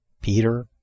Peter